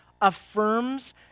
affirms